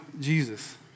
Jesus